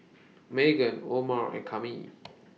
Meaghan Omer and Kami